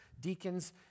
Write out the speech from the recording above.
deacons